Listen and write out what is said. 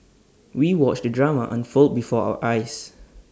we watched the drama unfold before our eyes